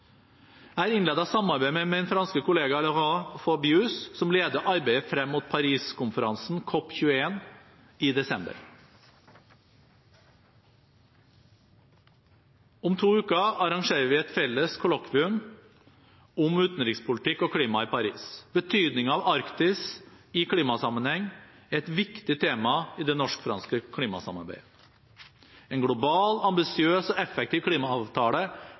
Jeg har innledet et samarbeid med min franske kollega Laurent Fabius, som leder arbeidet frem mot Paris-konferansen, COP 21, i desember. Om to uker arrangerer vi et felles kollokvium om utenrikspolitikk og klima i Paris. Betydningen av Arktis i klimasammenheng er et viktig tema i det norsk-franske klimasamarbeidet. En global, ambisiøs og effektiv klimaavtale